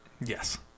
Yes